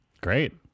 Great